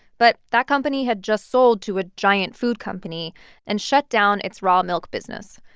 but that company had just sold to a giant food company and shut down its raw milk business,